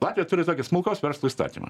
latvija turi tokį smulkaus verslo įstatymą